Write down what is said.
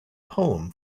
poem